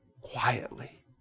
quietly